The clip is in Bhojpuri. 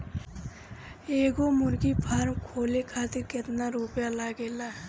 एगो मुर्गी फाम खोले खातिर केतना रुपया लागेला?